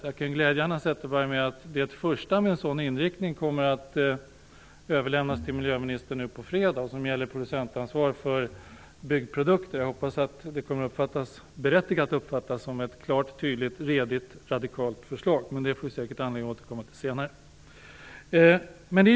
Jag kan glädja Hanna Zetterberg med att det första förslaget med sådan inriktning kommer att överlämnas till miljöministern nu på fredag. Det gäller producentansvar för byggprodukter, och jag hoppas att det kommer att uppfattas som ett klart, tydligt, redigt och radikalt förslag, men det får vi säkert anledning att återkomma till senare.